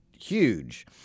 huge